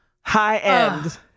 High-end